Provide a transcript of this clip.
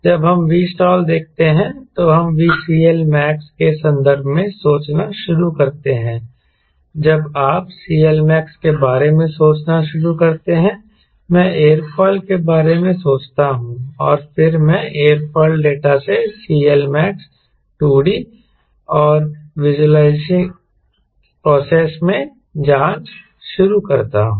जब हम Vstall देखते हैं तो हम CLmax के संदर्भ में सोचना शुरू करते हैं जब आप CLmax के बारे में सोचना शुरू करते हैं मैं एयरफॉइल के बारे में सोचता हूँ और फिर मैं एयरफॉइल डेटा से CLMax 2D और विज़ुअलाइजिंग प्रोसेस में जाँच शुरू करता हूँ